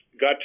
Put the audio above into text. got